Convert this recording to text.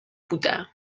بودم